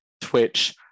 Twitch